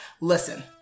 listen